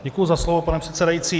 Děkuji za slovo, pane předsedající.